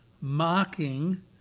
mocking